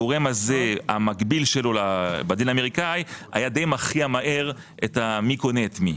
הגורם הזה המקביל שלו בדין האמריקאי היה די מכריע מהר מי קונה את מי.